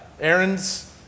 errands